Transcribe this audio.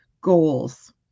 goals